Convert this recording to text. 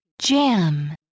Jam